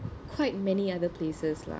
quite many other places lah